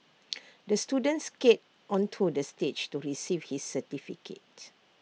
the student skated onto the stage to receive his certificate